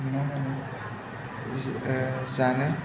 मा होनो जानो